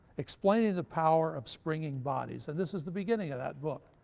explaining the power of springing bodies. and this is the beginning of that book.